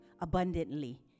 abundantly